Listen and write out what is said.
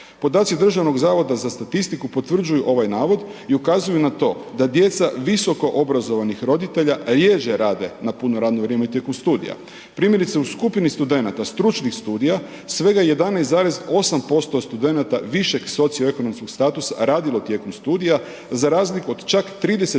Podaci Državnog zavoda za statistiku potvrđuju ovaj navod i ukazuju na to da djeca visokoobrazovanih roditelja rjeđe rade na puno radno vrijeme tijekom studija. Primjerice, u skupini studenata, stručnih studija, svega 11,8% studenata višeg socioekonomskog statusa radilo je tijekom studija za razliku od čak 35%